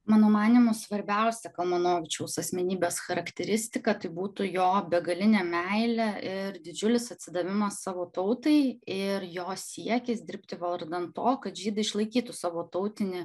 mano manymu svarbiausia kalmanovičiaus asmenybės charakteristika tai būtų jo begalinė meilė ir didžiulis atsidavimo savo tautai ir jo siekis dirbti vardan to kad žydai išlaikytų savo tautinį